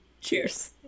Cheers